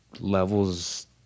levels